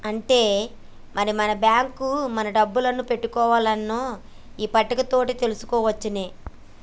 ఆట్టే మరి బాంకుల మన డబ్బులు పెట్టుకోవన్నో ఈ పట్టిక తోటి తెలుసుకోవచ్చునే